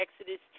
Exodus